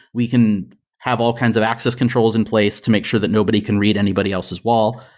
we can have all kinds of access controls in place to make sure that nobody can read anybody else's wall,